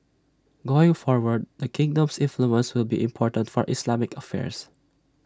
going forward the kingdom's influence will be important for Islamic affairs